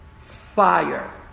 fire